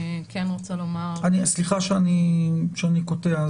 סליחה שאני קוטע.